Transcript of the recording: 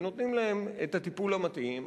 ונותנים להם את הטיפול המתאים,